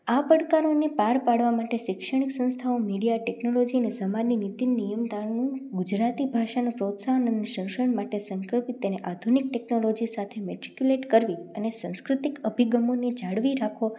આ પડકારોને પાર પાડવા માટે શૈક્ષણિક સંસ્થાઓ મીડિયા ટેકનોલોજીને સમાનની નીતિ નિયમ તાણવું ગુજરાતી ભાષાનો પ્રોત્સાહન અને શોષણ માટે સંક્રવીત તેને આધુનીક ટેક્નોલોજી સાથે મેટીક્યુલેટ કરવી અને સંસ્કૃતિક અભિગમોને જાળવી રાખવો